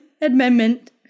amendment